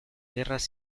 guerras